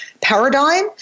paradigm